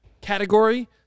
category